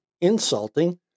insulting